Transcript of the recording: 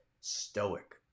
Stoic